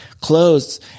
clothes